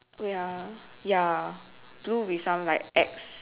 wait ah ya blue with some like X